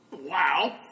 Wow